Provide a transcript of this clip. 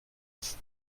ist